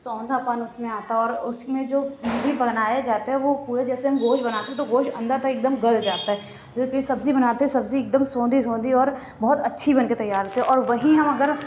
سوندھا پن اس میں آتا ہے اور اس میں جو بھی بنائے جاتے وہ پورے جیسے ہم گوشت بناتے ہیں تو گوشت اندر تک ایک دم گل جاتا ہے جب پھر سبزی بناتے ہیں سبزی ایک دم سوندھی سوندھی اور بہت اچھی بن کے تیار ہوتی ہے اور وہی ہم اگر